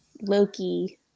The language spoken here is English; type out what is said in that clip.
Loki